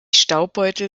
staubbeutel